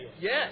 yes